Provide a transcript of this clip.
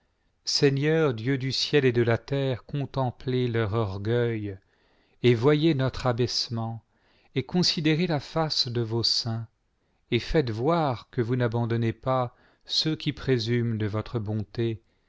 seigneur dieu du ciel et de la terre contemplez leur orgueil et voyez notre abaissement et considérez la face de vos saints et faites voir que vous n'abandonnez pas ceux qui présument de votre bonté